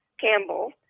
Campbell